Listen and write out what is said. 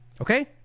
Okay